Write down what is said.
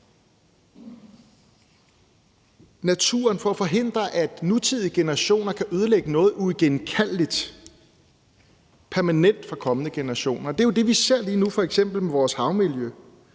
naturen for at forhindre, at nutidige generationer permanent kan ødelægge noget uigenkaldeligt for kommende generationer. Det er jo det, vi ser lige nu, f.eks. med vores havmiljø.